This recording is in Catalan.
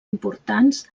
importants